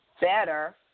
better